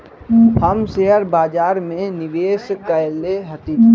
हम शेयर बाजार में निवेश कएले हती